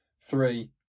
three